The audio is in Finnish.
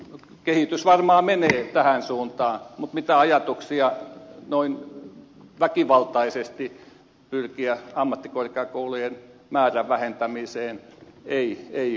kehitys varmaan menee tähän suuntaan mutta mitään ajatuksia noin väkivaltaisesti pyrkiä ammattikorkeakoulujen määrän vähentämiseen ei ole